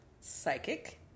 psychic